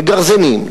לגרזינים,